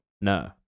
No